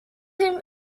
him